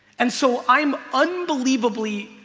and so i'm unbelievably